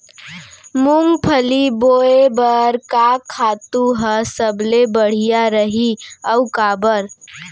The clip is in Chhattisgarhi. मूंगफली बोए बर का खातू ह सबले बढ़िया रही, अऊ काबर?